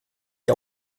die